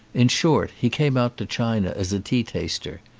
in short he came out to china as a tea-taster.